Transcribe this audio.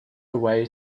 away